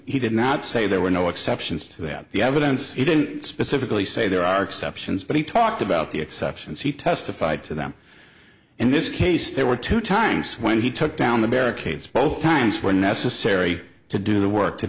he did not say there were no exceptions to that the evidence he didn't specifically say there are exceptions but he talked about the exceptions he testified to them and this case there were two times when he took down the barricades both times when necessary to do the work to